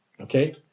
Okay